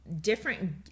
different